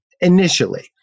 initially